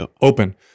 Open